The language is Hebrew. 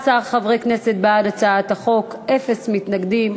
14 חברי כנסת בעד הצעת החוק, אין מתנגדים.